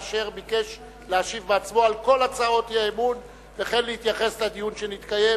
אשר ביקש להשיב בעצמו על כל הצעות האי-אמון וכן להתייחס לדיון שנתקיים.